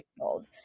old